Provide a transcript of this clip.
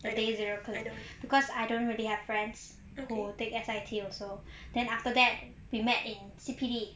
the day zero clique because I don't really have friends who take S_I_T also then after that we met in C_P_D